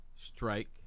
strike